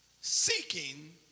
seeking